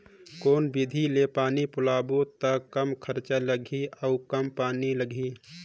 कौन विधि ले पानी पलोबो त कम खरचा लगही अउ कम पानी लगही?